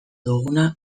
duguna